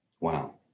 Wow